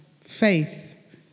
faith